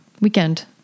weekend